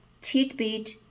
tidbit